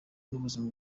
n’ubuzima